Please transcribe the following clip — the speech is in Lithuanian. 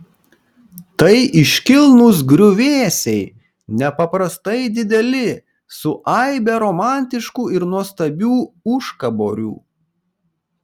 tai iškilnūs griuvėsiai nepaprastai dideli su aibe romantiškų ir nuostabių užkaborių